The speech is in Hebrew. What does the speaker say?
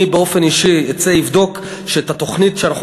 אני באופן אישי אבדוק שאת התוכנית שאנחנו